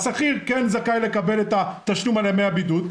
שכיר כן זכאי לקבל תשלום על ימי הבידוד,